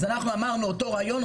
ואנחנו אמרנו את אותו רעיון,